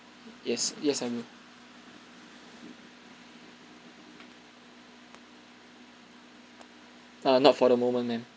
yes yes I will err not for the moment ma'am